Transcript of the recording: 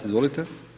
Izvolite.